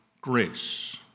grace